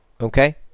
okay